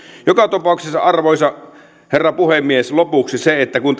joka tapauksessa arvoisa herra puhemies lopuksi kun